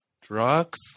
drugs